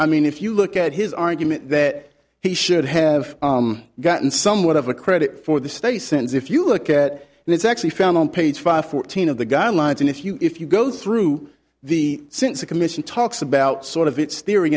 i mean if you look at his argument that he should have gotten somewhat of a credit for the state sends if you look at and it's actually found on page five fourteen of the guidelines and if you if you go through the since the commission talks about sort of it's